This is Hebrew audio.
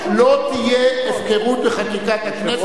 לא תהיה הפקרות בחקיקת הכנסת,